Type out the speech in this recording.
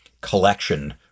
collection